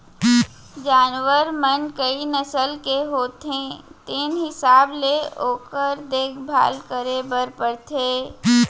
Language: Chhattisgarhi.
जानवर मन कई नसल के होथे तेने हिसाब ले ओकर देखभाल करे बर परथे